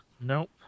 Nope